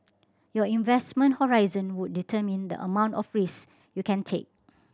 your investment horizon would determine the amount of risk you can take